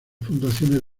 puntuaciones